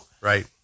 Right